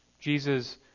Jesus